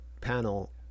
panel